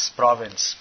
province